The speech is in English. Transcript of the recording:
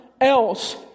else